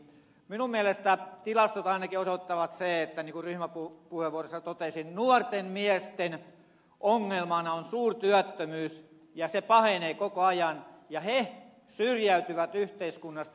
minun mielestäni tilastot ainakin osoittavat sen niin kuin ryhmäpuheenvuorossa totesin että nuorten miesten ongelmana on suurtyöttömyys ja se pahenee koko ajan ja he syrjäytyvät yhteiskunnasta